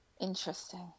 interesting